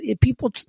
people